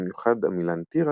ובמיוחד עמילן תירס,